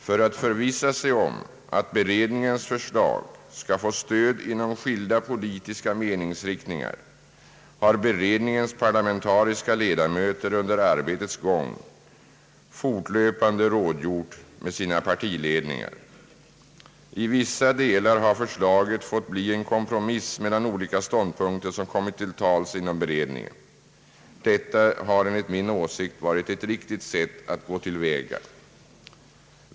För att förvissa sig om att beredningens förslag skall få stöd inom skilda politiska meningsriktningar har beredningens parlamentariska ledamöter under arbetets gång fortlöpande rådgjort med sina partiledningar. I vissa delar har förslaget fått bli en kompro miss mellan olika ståndpunkter som kommit till tals inom beredningen. Detta har enligt min åsikt varit ett riktigt sätt att gå till väga.